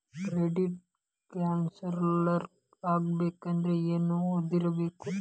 Credit counsellor ಆಗ್ಬೇಕಂದ್ರ ಏನ್ ಓದಿರ್ಬೇಕು?